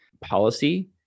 policy